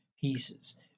pieces